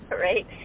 right